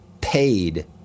paid